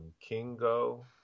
Kingo